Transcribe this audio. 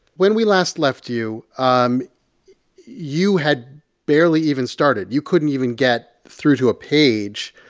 when we last left you, um you had barely even started. you couldn't even get through to a page